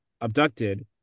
abducted